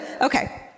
Okay